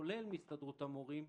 כולל מהסתדרות המורים,